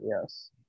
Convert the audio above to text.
yes